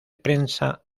prensa